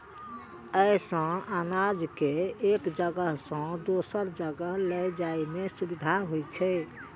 अय सं अनाज कें एक जगह सं दोसर जगह लए जाइ में सुविधा होइ छै